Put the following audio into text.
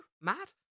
Mad